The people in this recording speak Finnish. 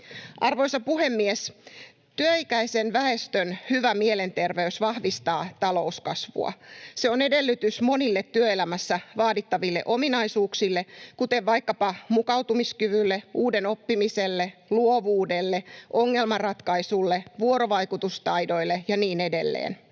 Arvoisa puhemies! Työikäisen väestön hyvä mielenterveys vahvistaa talouskasvua. Se on edellytys monille työelämässä vaadittaville ominaisuuksille, kuten vaikkapa mukautumiskyvylle, uuden oppimiselle, luovuudelle, ongelmanratkaisulle, vuorovaikutustaidoille ja niin edelleen.